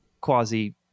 quasi